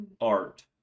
Art